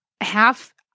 half